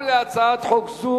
גם להצעת חוק זו